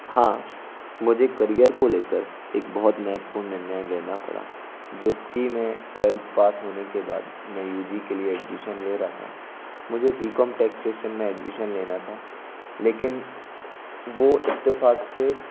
हाँ मुझे करियर को लेकर एक बहुत महत्वपूर्ण निर्णय लेना पड़ा जो कि मैं ट्वेल्थ पास होने के बाद मैं यू जी के लिए एडमिशन ले रहा था मुझे बीकॉम टैक्सेशन में एडमिशन लेना था लेकिन वो इत्तेफाक से